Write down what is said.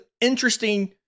interesting